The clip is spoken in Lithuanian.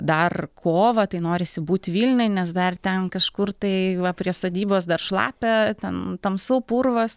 dar kovą tai norisi būt vilniuj nes dar ten kažkur tai va prie sodybos dar šlapia ten tamsu purvas